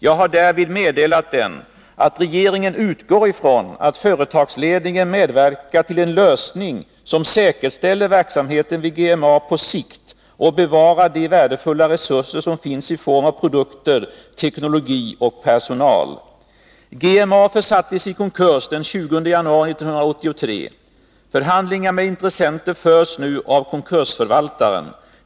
Jag har därvid meddelat den att regeringen utgår ifrån att företagsledningen medverkar till en lösning som säkerställer verksamheten vid GMA på sikt och bevarar de värdefulla resurser som finns i form av produkter, teknologi och personal. GMA försattes i konkurs den 20 januari 1983. Förhandlingar med intressenter förs nu av konkursförvaltaren.